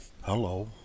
Hello